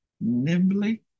nimbly